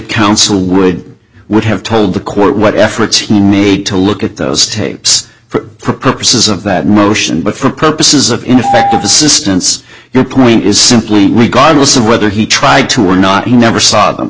council would would have told the court what efforts made to look at those tapes for purposes of that motion but for purposes of ineffective assistance your point is simply we god will see whether he tried to or not he never saw them